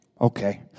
Okay